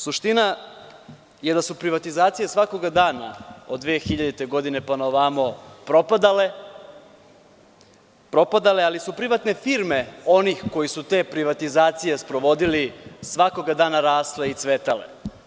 Suština je da su privatizacije svakoga dana od 2000. godine pa na ovamo propadale, ali su privatne firme onih koji su te privatizacije sprovodili svakoga dana rasle i cvetale.